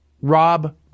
Rob